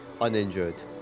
uninjured